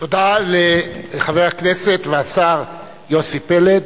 תודה לחבר הכנסת והשר יוסי פלד.